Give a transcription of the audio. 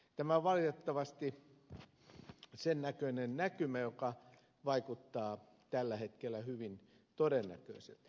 tämä on valitettavasti sen näköinen näkymä joka vaikuttaa tällä hetkellä hyvin todennäköiseltä